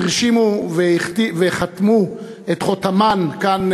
הרשימו וחתמו את חותמן כאן,